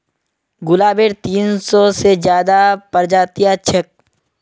गुलाबेर तीन सौ से ज्यादा प्रजातियां छेक